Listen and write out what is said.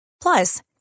Plus